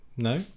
No